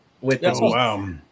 wow